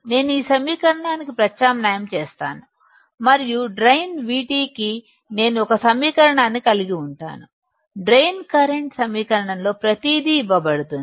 నేను ఈ సమీకరణాన్ని ప్రత్యామ్నాయం చేస్తాను మరియు డ్రైన్ VT కి నేను ఒక సమీకరణాన్ని కలిగి ఉంటాను డ్రైన్ కరెంటు సమీకరణంలో ప్రతిదీ ఇవ్వబడుతుంది